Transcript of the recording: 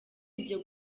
ibyo